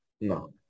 No